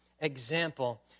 example